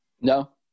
No